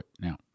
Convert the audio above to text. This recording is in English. Now